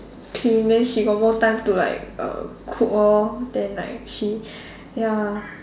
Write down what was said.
clean then she got more time to like uh cook lor then like she ya